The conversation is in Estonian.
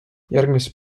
järgmise